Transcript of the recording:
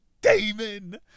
Damon